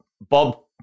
Bob